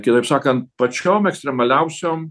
kitaip sakant pačiom ekstremaliausiom